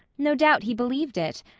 no doubt he believed it.